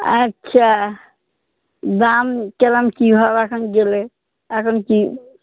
আচ্ছা দাম কিরম কী ভাবে এখন গেলে এখন কি